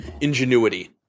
ingenuity